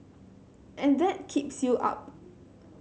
and that keeps you up